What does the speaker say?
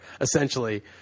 essentially